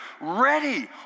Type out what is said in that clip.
ready